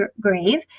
grave